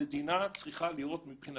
המדינה צריכה לראות מבחינה